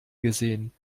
gesehen